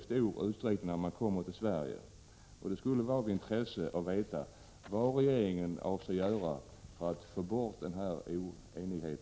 Det skulle vara av intresse att veta vad regeringen avser göra för att få bort denna olägenhet.